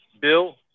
Bill